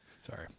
Sorry